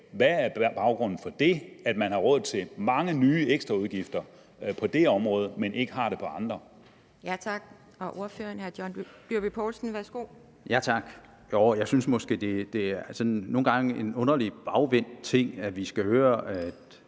Hvad er baggrunden for, at man har råd til mange nye ekstraudgifter på det område, men ikke har det på andre